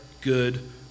good